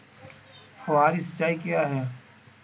फुहारी सिंचाई क्या है?